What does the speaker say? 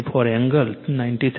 94 angle 93